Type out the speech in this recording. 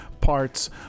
Parts